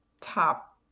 top